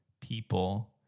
people